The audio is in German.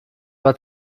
war